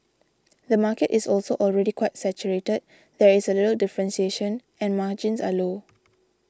the market is also already quite saturated there is a little differentiation and margins are low